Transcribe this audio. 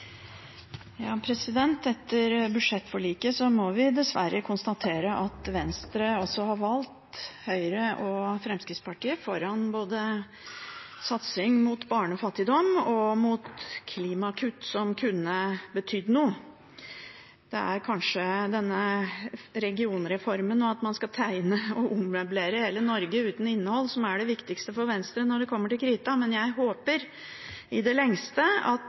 Etter budsjettforliket må vi dessverre konstatere at Venstre også har valgt Høyre og Fremskrittspartiet foran satsing mot barnefattigdom og klimakutt, som kunne betydd noe. Det er kanskje denne regionreformen, at man skal tegne og ommøblere hele Norge uten innhold, som er det viktigste for Venstre når det kommer til krita, men jeg håper i det lengste at